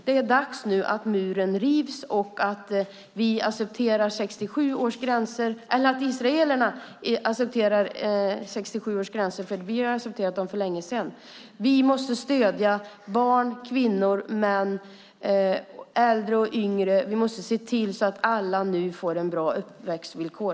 Det är dags att muren rivs nu och att israelerna accepterar 1967 års gränser. Vi måste stödja barn, kvinnor, män, äldre och yngre. Vi måste se till att alla nu får bra uppväxtvillkor.